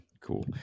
Cool